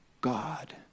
God